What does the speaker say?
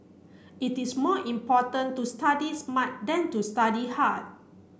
it is more important to study smart than to study hard